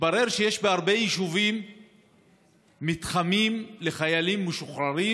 התברר שיש בהרבה יישובים מתחמים לחיילים משוחררים,